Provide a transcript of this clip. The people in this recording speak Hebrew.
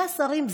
זה השרים,